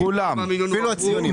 לכולם.